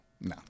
no